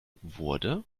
wurde